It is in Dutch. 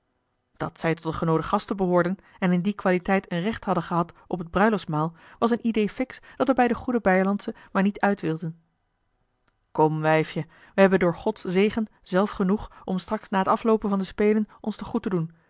dat zij tot de genoode gasten behoorden en in die qualiteit een recht hadden gehad op het bruiloftsmaal was een idée fixe dat er bij de goede beierlandsche maar niet uit wilde kom wijfje wij hebben door gods zegen zelf genoeg om straks na t afloopen van de spelen ons te goed te doen